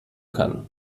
kann